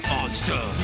Monster